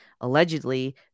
allegedly